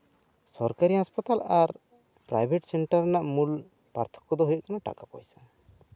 ᱥᱚᱨᱠᱟᱨᱤ ᱦᱟᱸᱥᱯᱟᱛᱟᱞ ᱟᱨ ᱯᱨᱟᱭᱵᱷᱮᱴ ᱥᱮᱱᱴᱟᱨ ᱨᱮᱭᱟᱜ ᱢᱩᱞ ᱯᱟᱨᱛᱷᱚᱠᱠᱚ ᱫᱚ ᱦᱩᱭᱩᱜ ᱠᱟᱱᱟ ᱴᱟᱠᱟᱼᱯᱚᱭᱥᱟ